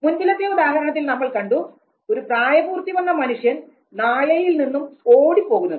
മുൻപിലത്തെ ഉദാഹരണത്തിൽ നമ്മൾ കണ്ടു ഒരു പ്രായപൂർത്തി വന്ന മനുഷ്യൻ നായയിൽ നിന്നും ഓടി പോകുന്നത്